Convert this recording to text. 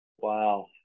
Wow